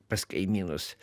pas kaimynus